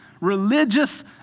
Religious